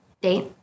Date